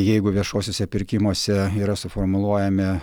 jeigu viešuosiuose pirkimuose yra suformuluojami